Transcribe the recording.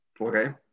Okay